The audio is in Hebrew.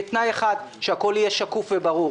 בתנאי אחד: שהכול יהיה שקוף וברור.